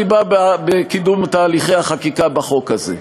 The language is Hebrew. בה בקידום תהליכי החקיקה בחוק הזה.